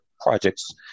projects